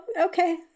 okay